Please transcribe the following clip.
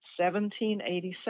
1787